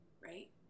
Right